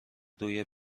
روی